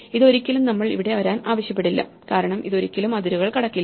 ഇത് ഒരിക്കലും നമ്മൾ ഇവിടെ വരാൻ ആവശ്യപ്പെടില്ല കാരണം ഇത് ഒരിക്കലും ഈ അതിരുകൾ കടക്കില്ല